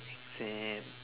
exam